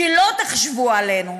שלא תחשבו עלינו,